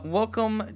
welcome